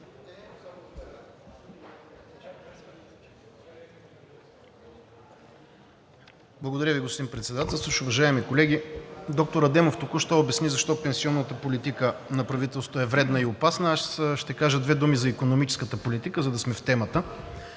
Благодаря Ви, господин Председателстващ. Доктор Адемов току-що обясни защо пенсионната политика на правителството е вредна и опасна. Аз ще кажа две думи за икономическата политика, за да сме в темата.